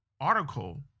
article